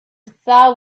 thought